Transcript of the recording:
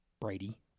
Brady